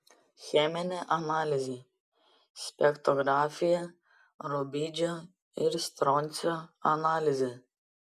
cheminė analizė spektrografija rubidžio ir stroncio analizė